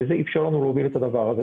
וזה אפשר לנו להוביל את הדבר הזה.